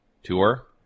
tour